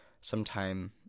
sometime